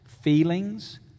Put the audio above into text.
feelings